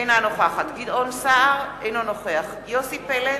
אינה נוכחת גדעון סער, אינו נוכח יוסי פלד,